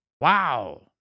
Wow